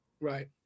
Right